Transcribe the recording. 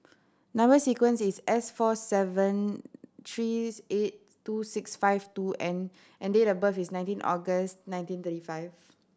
number sequence is S four seven three eight two six five two N and date of birth is nineteen August nineteen thirty five